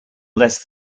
less